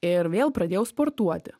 ir vėl pradėjau sportuoti